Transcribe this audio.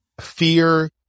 fear